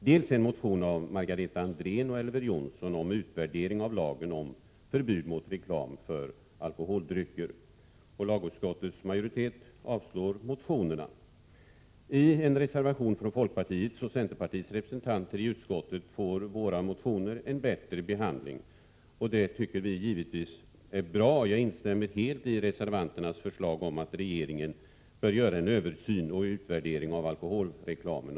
Dessutom behandlas en motion av Margareta I en reservation från folkpartiets och centerpartiets representanter i utskottet får våra motioner en bättre behandling, och det tycker vi givetvis är bra. Jag instämmer helt i reservanternas förslag om att regeringen bör göra en översyn och en utvärdering av alkoholreklamlagen.